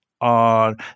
on